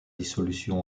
dissolution